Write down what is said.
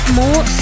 more